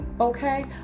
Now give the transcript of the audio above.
okay